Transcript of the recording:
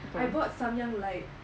I bought Samyang light